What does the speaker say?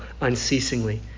unceasingly